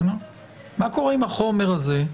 מה קורה עם החומר הזה,